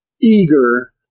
eager